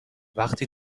وقتی